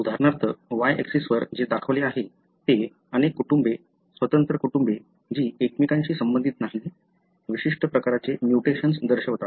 उदाहरणार्थ y ऍक्सिसवर जे दाखवले आहे ते अनेक कुटुंबे स्वतंत्र कुटुंबे जी एकमेकांशी संबंधित नाहीत विशिष्ट प्रकारचे म्युटेशन्स दर्शवतात